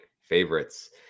favorites